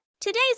Today's